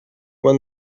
when